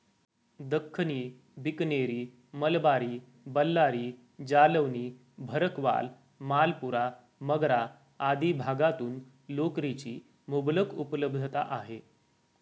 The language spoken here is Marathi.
दख्खनी, बिकनेरी, मलबारी, बल्लारी, जालौनी, भरकवाल, मालपुरा, मगरा आदी भागातून लोकरीची मुबलक उपलब्धता आहे